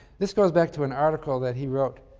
this goes back to an article that he wrote